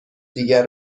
دیگر